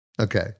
Okay